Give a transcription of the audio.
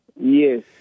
Yes